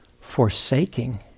forsaking